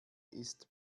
ist